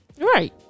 right